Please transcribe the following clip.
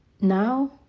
now